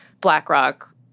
BlackRock